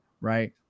Right